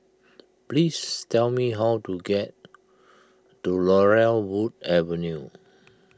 please tell me how to get to Laurel Wood Avenue